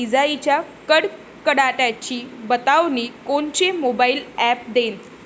इजाइच्या कडकडाटाची बतावनी कोनचे मोबाईल ॲप देईन?